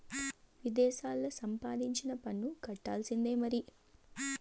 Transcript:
విదేశాల్లా సంపాదించినా పన్ను కట్టాల్సిందే మరి